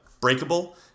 breakable